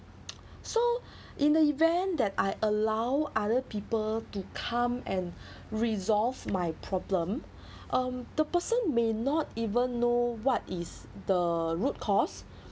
so in the event that I allow other people to come and resolve my problem um the person may not even know what is the root cause